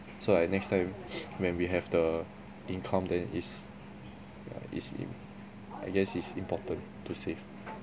so like next time when we have the income then is yeah is im~ I guess it's important to save